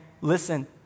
listen